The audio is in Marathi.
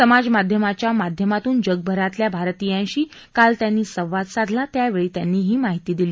समाजमाध्यमाच्या माध्यमातून जगभरातल्या भारतीयांशी काल त्यांनी संवाद साधाला त्यावेळी त्यांनी ही माहिती दिली